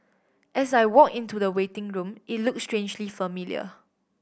as I walk into the waiting room it looked strangely familiar